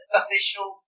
official